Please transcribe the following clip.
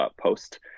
post